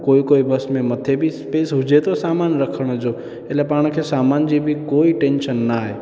कोई कोई बस में मथे बि स्पेस हुजे थो सामानु रखण जो एटले पाण खे सामान जी बि कोई टेंशन न आहे